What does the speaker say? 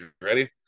Ready